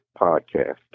Podcast